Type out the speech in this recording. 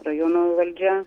rajono valdžia